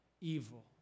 evil